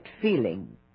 feeling